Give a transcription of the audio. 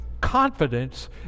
confidence